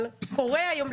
אבל זה קורה היום,